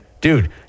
Dude